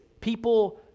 people